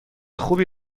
خوبی